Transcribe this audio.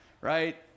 right